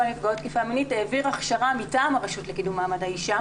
לנפגעות תקיפה מינית העביר הכשרה מטעם הרשות לקידום מעמד האישה,